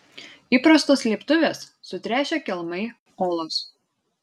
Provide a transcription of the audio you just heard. įprastos slėptuvės sutręšę kelmai olos